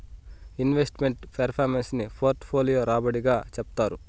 invest meant performance ని portfolio రాబడి గా చెప్తారు